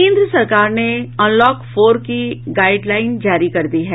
केंद्र सरकार ने अनलॉक फोर की गाईडलाइन जारी कर दी है